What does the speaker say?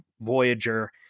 Voyager